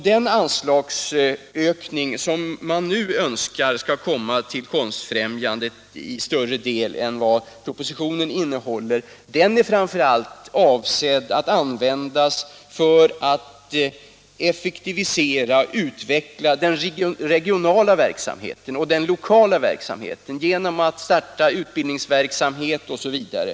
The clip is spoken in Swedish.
Den anslagsökning som man nu önskar skall komma Konstfrämjandet till del i större utsträckning än vad som föreslås i propositionen är framför allt avsedd att användas för att effektivisera och utveckla den regionala och lokala verksamheten genom utbildningsverksamhet osv.